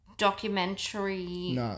documentary